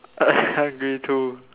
I'm hungry too